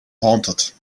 haunted